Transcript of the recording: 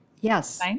Yes